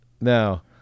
Now